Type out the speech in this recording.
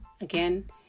Again